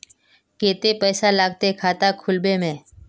केते पैसा लगते खाता खुलबे में?